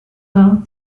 well